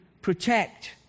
protect